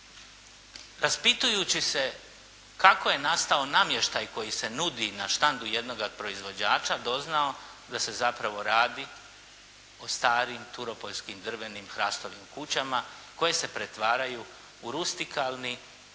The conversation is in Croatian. raspitujući se kako je nastao namještaj koji se nudi na štandu jednoga od proizvođača doznao da se zapravo radi o starim turopoljskim drvenim hrastovim kućama koje se pretvaraju u rustikalni,